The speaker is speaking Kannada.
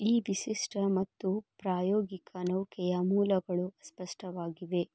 ಈ ವಿಶಿಷ್ಟ ಮತ್ತು ಪ್ರಾಯೋಗಿಕ ನೌಕೆಯ ಮೂಲಗಳು ಅಸ್ಪಷ್ಟವಾಗಿವೆ